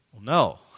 No